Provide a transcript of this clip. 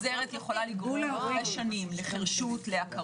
חזרת יכולה לגרום אחרי שנים לחירשות, לעקרות.